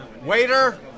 Waiter